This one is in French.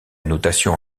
notation